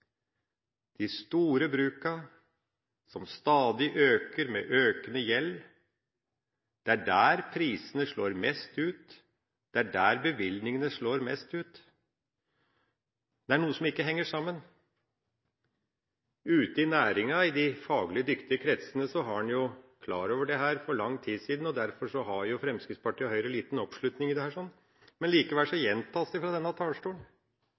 slår mest ut. Det er noe som ikke henger sammen. I næringa, i de faglig dyktige kretsene, var en klar over dette for lang tid siden. Derfor har Fremskrittspartiet og Høyre liten oppslutning i denne sammenhengen, men likevel gjentas det fra denne talerstolen.